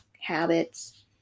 habits